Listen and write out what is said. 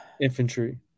infantry